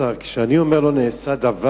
אדוני השר, כשאני אומר "לא נעשה דבר"